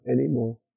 anymore